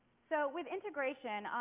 so, with integration,